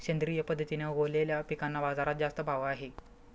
सेंद्रिय पद्धतीने उगवलेल्या पिकांना बाजारात जास्त भाव आहे